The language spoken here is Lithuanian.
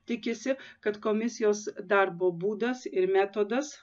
tikisi kad komisijos darbo būdas ir metodas